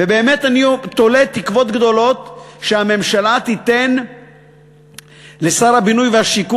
ובאמת אני תולה תקוות גדולות שהממשלה תיתן לשר הבינוי והשיכון